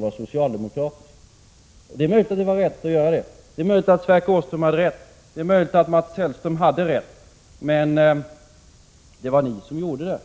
var socialdemokratisk. Det är möjligt att det var rätt att göra det. Det är möjligt att Sverker Åström hade rätt, och det är möjligt att Mats Hellström hade rätt, men det var ni som gjorde det.